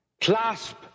clasp